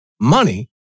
money